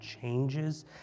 changes